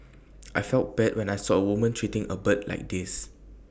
I felt bad when I saw A woman treating A bird like this